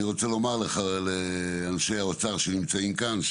אני רוצה לומר לאנשי האוצר שנמצאים כאן,